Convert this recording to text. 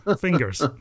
fingers